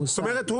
זאת אומרת,